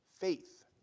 faith